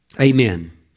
Amen